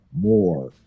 more